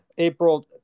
April